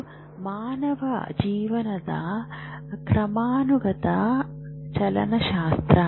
ಇದು ಮಾನವ ಜೀವನದ ಕ್ರಮಾನುಗತ ಚಲನಶಾಸ್ತ್ರ